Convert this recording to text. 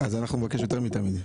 אנחנו נבקש יותר מתמיד.